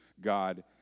God